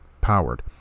powered